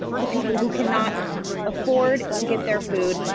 to people who cannot afford to get their food.